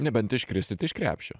nebent iškrisit iš krepšio